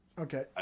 Okay